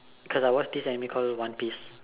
cause I watch this anime cause of one piece